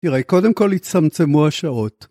‫תראה, קודם כול התצמצמו השעות.